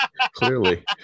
Clearly